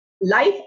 life